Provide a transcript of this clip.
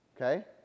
okay